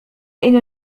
إلى